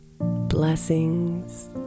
Blessings